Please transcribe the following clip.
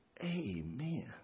Amen